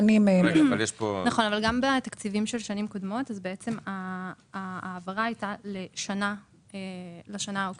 אבל גם בתקציבים של שנים קודמות העברה הייתה לשנה העוקבת.